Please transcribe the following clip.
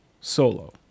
Solo